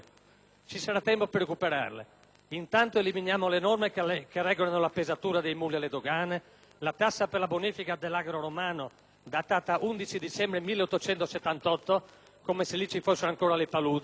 Ci sarà il tempo per recuperarle. Intanto eliminiamo le norme che regolano la pesatura dei muli alle dogane, la tassa per la bonifica dell'agro romano (datata 11 dicembre 1878, come se lì ci fossero ancora le paludi)